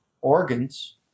organs